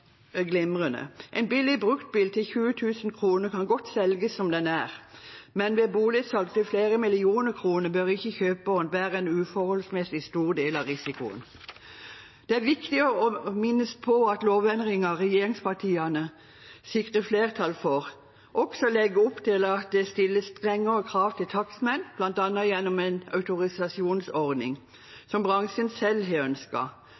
billig bruktbil til 20 000 kroner kan godt selges «som den er». Men ved boligsalg til flere millioner kroner bør ikke kjøperen bære en uforholdsmessig stor del av risikoen.» Det er viktig å minne om at lovendringene regjeringspartiene sikrer flertall for, også legger opp til at det stilles strengere krav til takstmenn, bl.a. gjennom en autorisasjonsordning, som bransjen selv har